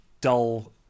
dull